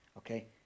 Okay